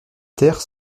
taire